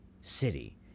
city